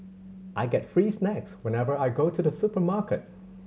I get free snacks whenever I go to the supermarket